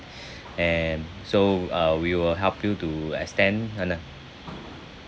and so uh we will help you to extend ano~